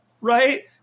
right